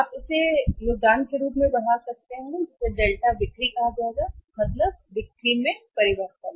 आप इसे योगदान के रूप में भी बढ़ा सकते हैं योगदान जिसे डेल्टा बिक्री कहा जाएगा बिक्री में परिवर्तन